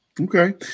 Okay